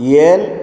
N